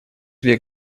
век